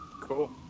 Cool